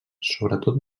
sobretot